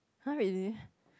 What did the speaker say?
[huh] really